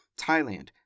Thailand